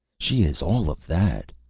she is all of that.